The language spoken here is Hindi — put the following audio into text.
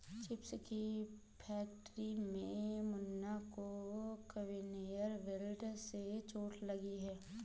चिप्स की फैक्ट्री में मुन्ना को कन्वेयर बेल्ट से चोट लगी है